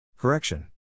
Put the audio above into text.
Correction